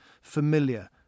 familiar